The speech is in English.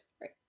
right